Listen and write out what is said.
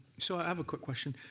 so i have a quick question.